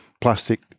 plastic